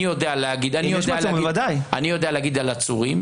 אני יודע להגיד על עצורים,